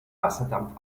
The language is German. wasserdampf